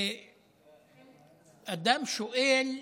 ואדם שואל: